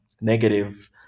negative